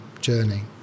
journey